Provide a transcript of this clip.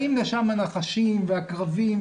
באים לשם נחשים ועקרבים,